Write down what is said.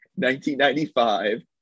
1995